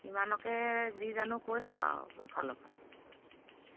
ইমানকে যি জানো কৈছোঁ আৰু মোৰ ফালৰ পৰা